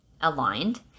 aligned